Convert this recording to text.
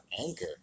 anchor